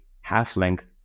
half-length